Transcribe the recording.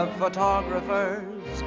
photographers